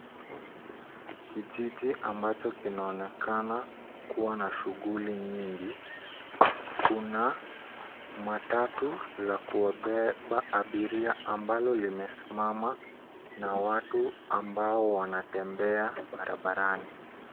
Kijiji ambacho kinaonekana kuwa na shughuli nyingi. Kuna matatu za kubeba abiria ambalo limesimama na watu ambao wanatembea barabarani.